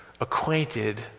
acquainted